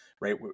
right